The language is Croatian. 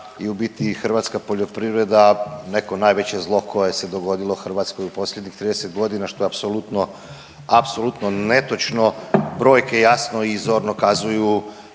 hrvatska poljoprivreda neko najveće zlo koje se dogodilo Hrvatskoj u posljednjih 30 godina, što je apsolutno netočno, brojke jasno i zorno kazuju